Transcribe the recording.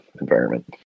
environment